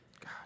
God